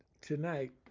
tonight